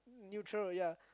neutral ya